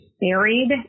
buried